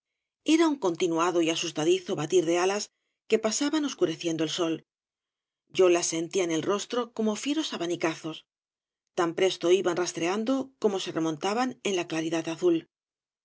era un continuado y asustadizo batir de alas que pasaban oscureciendo el sol yo las sentía en el rostro como fieros abanicazos tan presto iban rastreando como se remontaban en la claridad azul